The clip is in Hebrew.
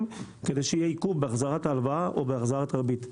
כדי שיהיה עיכוב בהחזרת ההלוואה או בהחזרת הריבית.